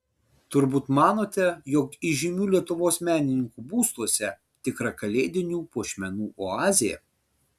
turbūt manote jog įžymių lietuvos menininkų būstuose tikra kalėdinių puošmenų oazė